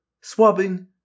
swabbing